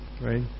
right